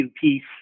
piece